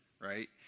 Right